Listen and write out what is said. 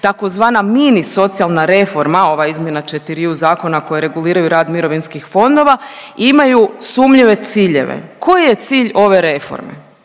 Tzv. mini socijalna reforma, ova izmjena četiriju zakona koje reguliraju rad mirovinskih fondova imaju sumnjive ciljeve. Koji je cilj ove reforme?